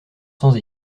sans